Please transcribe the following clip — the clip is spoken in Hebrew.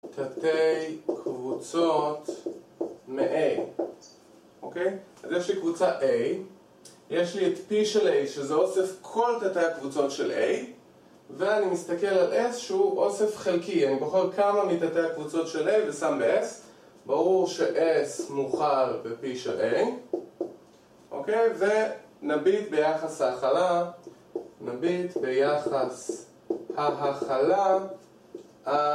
תתי קבוצות מ-A, אוקיי? אז יש לי קבוצה A, יש לי את P של A שזה אוסף כל תתי הקבוצות של A, ואני מסתכל על S שהוא אוסף חלקי. אני בוחר כמה מ-תתי הקבוצות של A ושם ב-S ברור ש-S מוכל ב-P של A ונביט ביחס ההכלה... נביט ביחס ההכלה.